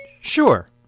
Sure